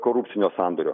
korupcinio sandorio